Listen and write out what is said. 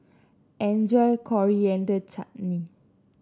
enjoy your Coriander Chutney